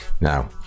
Now